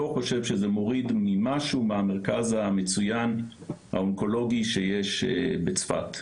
חושב שזה מוריד ממשהו מהמרכז המצוין האונקולוגי שיש בצפת,